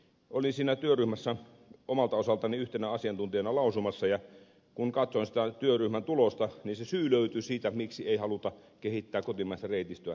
olin siinä työryhmässä omalta osaltani yhtenä asiantuntijana lausumassa ja kun katsoin sitä työryhmän tulosta niin se syy löytyi siitä miksi ei haluta kehittää kotimaista reitistöä